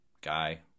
guy